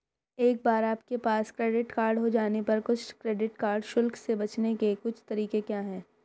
एक बार आपके पास क्रेडिट कार्ड हो जाने पर कुछ क्रेडिट कार्ड शुल्क से बचने के कुछ तरीके क्या हैं?